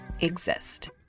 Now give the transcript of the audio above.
exist